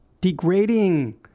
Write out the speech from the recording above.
degrading